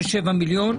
מיליון.